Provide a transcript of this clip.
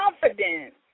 confidence